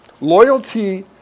Loyalty